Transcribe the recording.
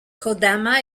kodama